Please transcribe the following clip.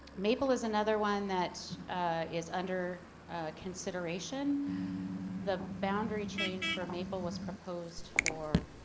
maple is another one that is under consideration the boundary change for maple was proposed for